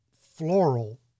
floral